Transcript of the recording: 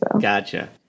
Gotcha